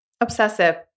Obsessive